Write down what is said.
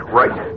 right